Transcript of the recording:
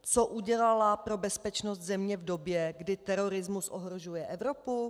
Co udělala pro bezpečnost v době, kdy terorismus ohrožuje Evropu?